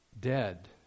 dead